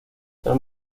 tras